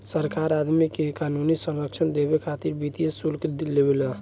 सरकार आदमी के क़ानूनी संरक्षण देबे खातिर वित्तीय शुल्क लेवे ला